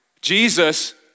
Jesus